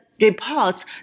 reports